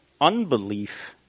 Unbelief